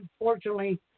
unfortunately